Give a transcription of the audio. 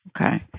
Okay